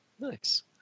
Nice